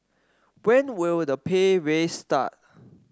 when will the pay raise start